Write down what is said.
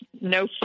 no